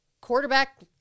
Quarterback